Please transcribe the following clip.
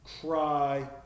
cry